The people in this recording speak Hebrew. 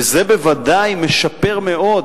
וזה בוודאי משפר מאוד